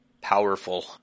Powerful